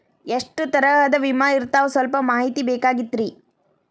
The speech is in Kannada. ಎಷ್ಟ ತರಹದ ವಿಮಾ ಇರ್ತಾವ ಸಲ್ಪ ಮಾಹಿತಿ ಬೇಕಾಗಿತ್ರಿ